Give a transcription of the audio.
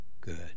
good